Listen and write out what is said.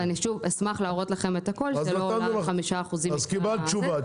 אני שוב אשמח להראות לכם את הכול --- קיבלת תשובה.